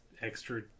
extra